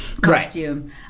costume